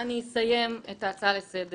אז אני אסיים את ההצעה לסדר